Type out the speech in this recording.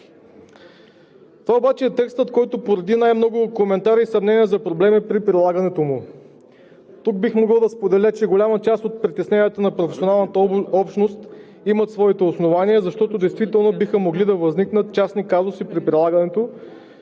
Това обаче е текстът, който породи най-много коментари и съмнения за проблеми при прилагането му. Тук бих могъл да споделя, че голяма част от притесненията на професионалната общност имат своите основания, защото действително биха могли да възникнат частни казуси при прилагането,